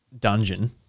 dungeon